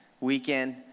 weekend